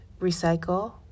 recycle